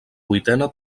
vuitena